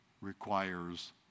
requires